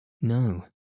No